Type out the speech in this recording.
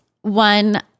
one